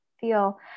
feel